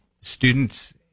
students